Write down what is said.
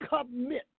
commit